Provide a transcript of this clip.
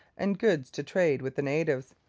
and goods to trade with the natives.